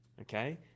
okay